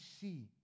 see